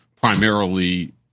primarily –